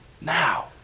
now